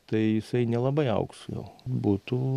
tai jisai nelabai augs jau būtų